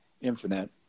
infinite